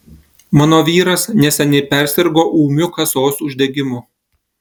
mano vyras neseniai persirgo ūmiu kasos uždegimu